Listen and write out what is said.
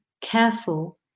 careful